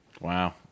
Wow